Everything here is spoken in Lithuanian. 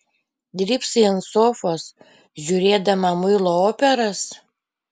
drybsai ant sofos žiūrėdama muilo operas